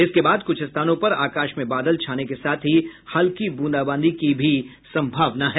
इसके बाद कुछ स्थानों पर आकाश में बादल छाने के साथ ही हल्की ब्रंदाबांदी की संभावना हैं